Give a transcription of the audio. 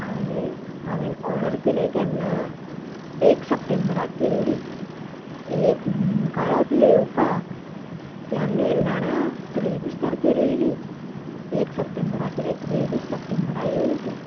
आनी हांवेन ऑर्डर केले केन्ना एक सप्टेंबरांक केल्ली एक म्हयनो काडलो तिये येवपाक केन्ना येयली जाणां त्रेवीस तारखेक येयली एक सप्टेंबरांक केल्ली त्रेवीस सप्टेंबरांक येल तीं